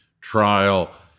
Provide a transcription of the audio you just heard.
trial